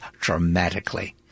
dramatically